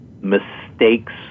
mistakes